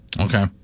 Okay